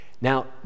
Now